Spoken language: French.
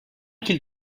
qu’ils